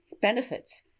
benefits